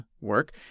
work